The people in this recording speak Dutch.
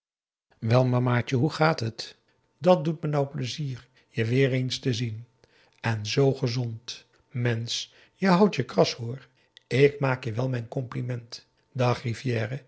wel mamaatje hoe gaat het dat doet me nou plezier je eens weer te zien en zoo gezond mensch je houdt je kras hoor ik maak je wel mijn compliment dag rivière